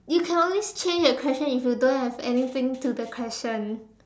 you can always change the questions if you don't have anything to the question